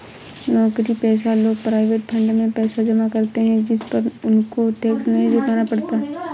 नौकरीपेशा लोग provident fund में पैसा जमा करते है जिस पर उनको टैक्स नहीं चुकाना पड़ता